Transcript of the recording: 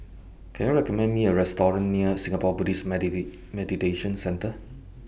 Can YOU recommend Me A Restaurant near Singapore Buddhist Meditation Centre